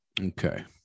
Okay